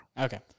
Okay